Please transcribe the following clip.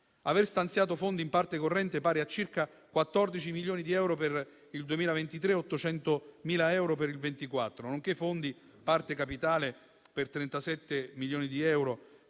Aver stanziato fondi in parte corrente pari a circa 14 milioni di euro per il 2023 e 800.000 euro per il 2024, nonché fondi di parte capitale per 37 milioni di euro